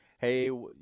hey